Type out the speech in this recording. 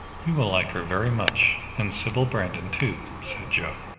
you will like her very much, and sybil brandon too, said joe.